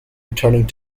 returning